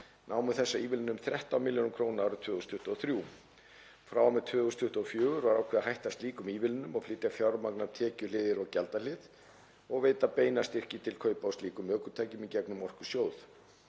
Námu þessar ívilnanir um 13 milljörðum kr. árið 2023. Frá og með 2024 var ákveðið að hætta slíkum ívilnunum og flytja fjármagn af tekjuhlið yfir á gjaldahlið og veit beina styrki til kaupa á slíkum ökutækjum í gegnum Orkusjóð.